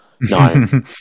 no